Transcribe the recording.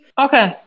Okay